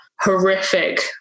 horrific